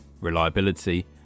reliability